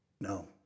No